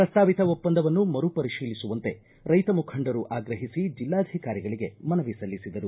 ಪ್ರಸ್ತಾವಿತ ಒಪ್ಪಂದವನ್ನು ಮರುಪರಿಶೀಲಿಸುವಂತೆ ರೈತ ಮುಖಂಡರು ಆಗ್ರಹಿಸಿ ಜಿಲ್ಲಾಧಿಕಾರಿಗಳಿಗೆ ಮನವಿ ಸಲ್ಲಿಸಿದರು